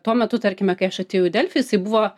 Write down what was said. tuo metu tarkime kai aš atėjau į delfi jisai buvo